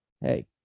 Hey